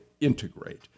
integrate